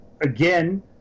again